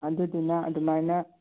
ꯑꯗꯨꯗꯨꯅ ꯑꯗꯨꯃꯥꯏꯅ